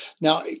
Now